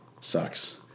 sucks